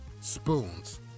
spoons